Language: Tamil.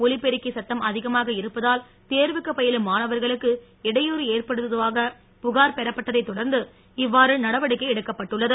ஒலிபெருக்ஷ் சத்தம் அதிகமாக இருப்பதால் தேர்வுக்கு பயிலும் மாணவர்களுக்கு இடையூறு ஏற்படுவதாக புகா ர பெறப்பட்டதை தொடர் ந்து இவ்வாறு நடவடிக்கை எடுக்கப்பட்டுள்ளது